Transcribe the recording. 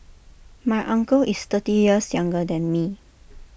my uncle is thirty years younger than me